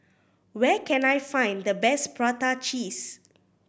where can I find the best prata cheese